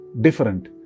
different